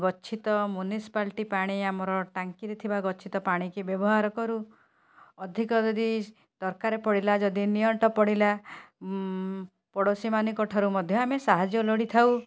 ଗଚ୍ଛିତ ମ୍ୟୁନିସିପାଲିଟି ପାଣି ଆମର ଟାଙ୍କିରେ ଥିବା ଗଚ୍ଛିତ ପାଣିକି ବ୍ୟବହାର କରୁ ଅଧିକ ଯଦି ଦରକାର ପଡ଼ିଲା ଯଦି ନିଅଣ୍ଟ ପଡ଼ିଲା ପଡ଼ୋଶୀମାନଙ୍କି ଠାରୁ ମଧ୍ୟ ଆମେ ସାହାଯ୍ୟ ଲୋଡ଼ିଥାଉ